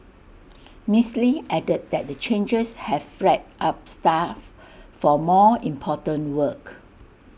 miss lee added that the changes have freed up staff for more important work